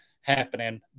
happening